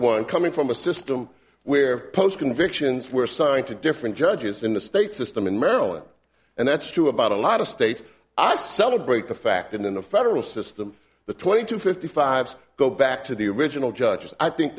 one coming from a system where post convictions were assigned to different judges in the state system in maryland and that's true about a lot of states i celebrate the fact in the federal system the twenty to fifty five go back to the original judges i think